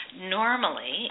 Normally